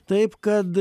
taip kad